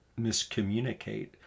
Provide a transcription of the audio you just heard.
miscommunicate